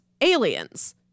aliens